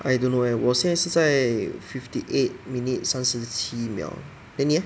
I don't know leh 我现在是在 fifty eight minutes 三十七秒 then 你 leh